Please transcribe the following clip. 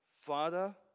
Father